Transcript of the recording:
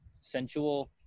sensual